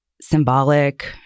symbolic